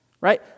Right